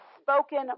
spoken